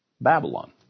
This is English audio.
Babylon